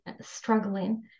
struggling